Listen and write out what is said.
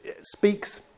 speaks